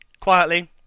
Quietly